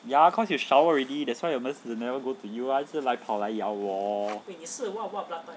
ya cause you shower already that's why the 蚊子 never go to you ah 一直来跑来咬我